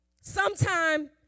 sometime